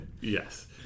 Yes